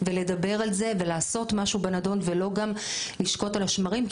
ולדבר על זה ולעשות משהו בנדון ולא רק לשקוט על השמרים,